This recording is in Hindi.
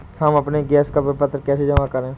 हम अपने गैस का विपत्र कैसे जमा करें?